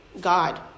God